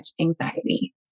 anxiety